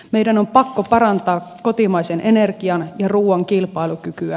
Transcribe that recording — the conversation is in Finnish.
meidän on pakko parantaa kotimaisen energian ja ruuan kilpailukykyä